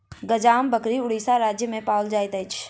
गंजाम बकरी उड़ीसा राज्य में पाओल जाइत अछि